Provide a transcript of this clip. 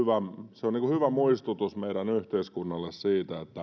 on hyvä muistutus meidän yhteiskunnallemme siitä